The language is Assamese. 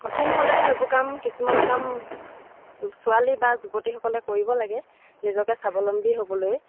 কঠিন হ'লেও সেইবোৰ কাম কিছুমান কাম ছোৱালী বা যুৱতীসকলে কৰিব লাগে নিজকে স্বাৱলম্বী হ'বলৈ